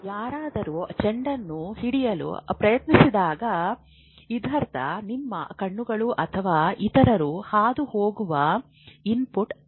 ಯಾರಾದರೂ ಚೆಂಡನ್ನು ಹಿಡಿಯಲು ಪ್ರಯತ್ನಿಸಿದಾಗ ಇದರರ್ಥ ನಿಮ್ಮ ಕಣ್ಣುಗಳು ಅಥವಾ ಇತರರು ಹಾದುಹೋಗುವ ಇನ್ಪುಟ್ ಗ್ರಹಿಸುತ್ತದೆ